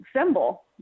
symbol